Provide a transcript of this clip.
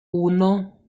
uno